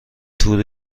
تور